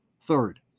Third